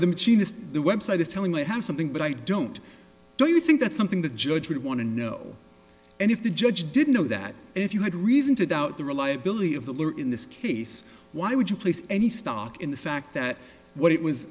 the machinist the website is telling might have something but i don't do you think that's something the judge would want to know and if the judge didn't know that if you had reason to doubt the reliability of the lawyer in this case why would you place any stock in the fact that what it was